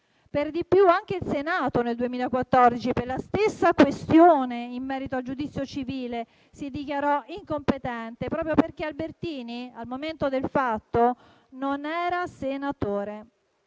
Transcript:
Per di più, anche il Senato, nel 2014, per la stessa questione in merito al giudizio civile si dichiarò incompetente, proprio perché Albertini, al momento del fatto, non era senatore.